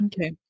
Okay